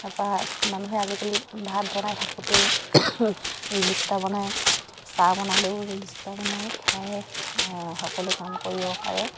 তাৰপৰা মানুহে আজিকালি ভাত বনাই থাকোঁতেও ৰীল ইনষ্টা বনায় চাহ বনালেও ৰীল ইনষ্টা বনায় সেয়াই সকলো কাম কৰিব পাৰে